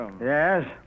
Yes